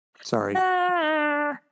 Sorry